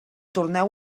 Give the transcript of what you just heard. torneu